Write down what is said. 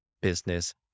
business